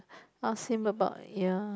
ask him about yeah